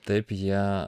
taip jie